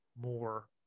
more